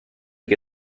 che